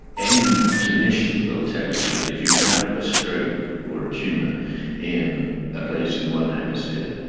any clinician will tell you that if you have a stroke or a tumour in a place in one hemisphere